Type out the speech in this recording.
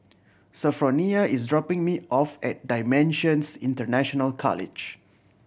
Sophronia is dropping me off at Dimensions International College